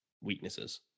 weaknesses